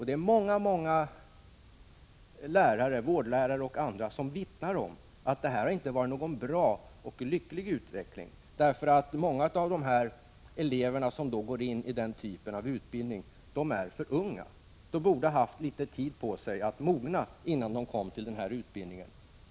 Det är många vårdlärare och andra som vittnar om att detta inte varit någon lycklig och bra utveckling, därför att många av eleverna som går in i den typen av utbildning är för unga. De borde ha fått litet tid på sig att mogna innan de kom till denna utbildning.